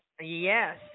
Yes